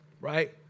right